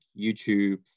YouTube